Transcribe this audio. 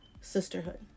sisterhood